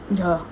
ya